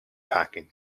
packing